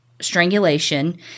Strangulation